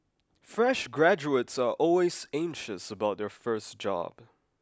fresh graduates are always anxious about their first job